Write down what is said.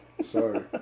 Sorry